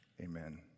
Amen